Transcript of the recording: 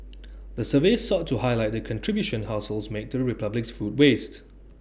the survey sought to highlight the contribution households make to the republic's food waste